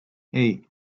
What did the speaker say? hey